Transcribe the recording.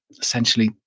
essentially